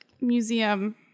museum